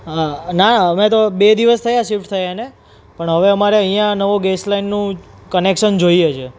હા ના અમે તો બે દિવસ થયા સિફ્ટ થયા એને પણ હવે અમારે અહીંયા નવો ગેસ લાઇનનું કનેકસન જોઈએ છે